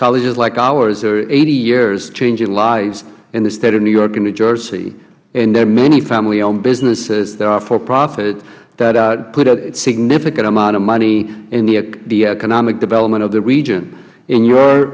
colleges like ours are eighty years changing lives in the state of new york and new jersey and there are many family owned businesses that are for profit that put a significant amount of money in the economic development of the region in your